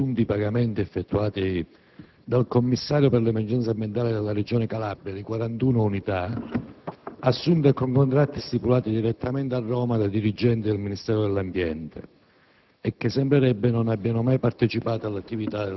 presentata al Ministro dell'ambiente, in ordine a presunti pagamenti effettuati dal commissario per l'emergenza ambientale nella Regione Calabria per 41 unità assunte con contratti stipulati direttamente a Roma dai dirigenti del Ministero dell'ambiente